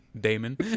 Damon